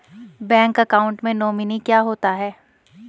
Bank account में nominee क्या होता है?